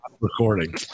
recording